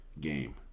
game